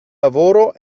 lavoro